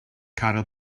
caryl